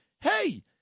hey